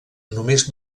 només